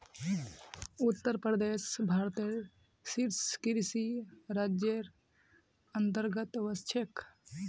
उत्तर प्रदेश भारतत शीर्ष कृषि राज्जेर अंतर्गतत वश छेक